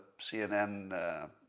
CNN